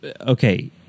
okay